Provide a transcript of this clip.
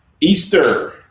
Easter